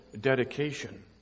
dedication